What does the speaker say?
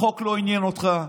החוק לא עניין אותך.